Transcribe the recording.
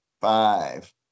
five